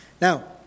Now